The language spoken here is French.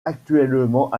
actuellement